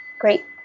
Great